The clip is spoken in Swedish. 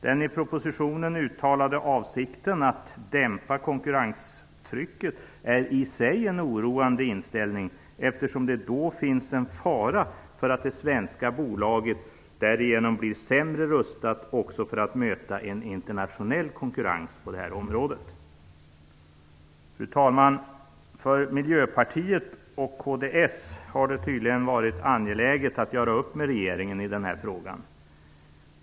Den i propositionen uttalade avsikten att dämpa konkurrenstrycket är i sig en oroande inställning eftersom det finns en fara för att det svenska bolaget därigenom blir sämre rustat också för att möta en internationell konkurrens på detta område. Fru talman! För Miljöpartiet och kds har det tydligen varit angeläget att göra upp med regeringen i denna fråga.